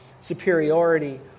superiority